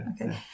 Okay